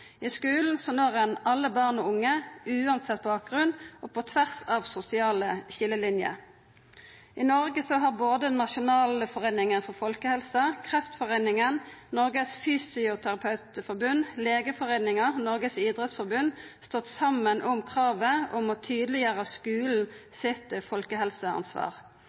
I skulen når ein alle barn og unge, uansett bakgrunn og på tvers av sosiale skiljelinjer. I Noreg har både Nasjonalforeningen for folkehelsen, Kreftforeningen, Norsk Fysioterapeutforbund, Legeforeningen og Norges Idrettsforbund stått saman om kravet om å tydeleggjera skulen sitt folkehelseansvar.